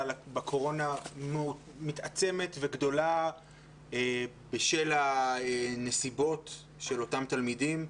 בקורונה מתעצמת וגדולה בשל הנסיבות של אותם תלמידים.